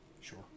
Sure